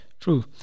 true